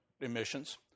emissions